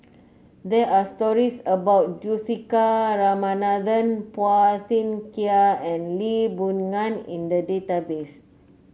there are stories about Juthika Ramanathan Phua Thin Kiay and Lee Boon Ngan in the database